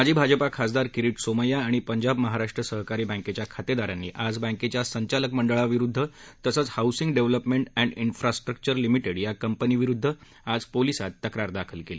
माजी भाजपा खासदार किरिट सोमैय्या आणि पंजाब महाराष्ट्र सहकारी बँकेच्या खातेदारांनी आज बँकेच्या संचालक मंडळाविरुद्ध तसंच housing development and infrastructure limited या कंपनीविरुद्ध आज पोलिसात तक्रार दाखल केली